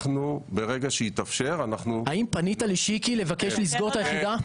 ברגע שיתאפשר אנחנו- -- האם פנית לשיקי לבקש לסגור את היחידה?